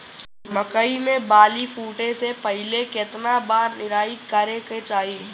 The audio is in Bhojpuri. मकई मे बाली फूटे से पहिले केतना बार निराई करे के चाही?